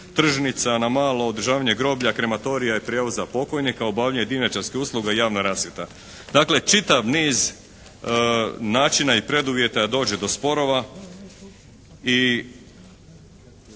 na malo, održavanje groblja, krematorija i prijevoza pokojnika, obavljanje dimnjačarskih usluga i javna rasvjeta. Dakle, čitav niz način i preduvjeta da dođe do sporova.